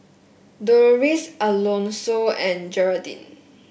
Doloris Alonso and Gearldine